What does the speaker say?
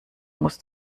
muss